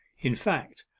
in fact,